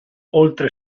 oltre